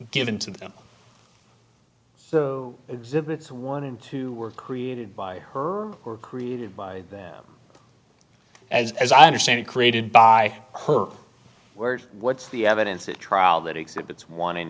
given to them the exhibits one and two were created by her or created by them as as i understand it created by her word what's the evidence at trial that exhibits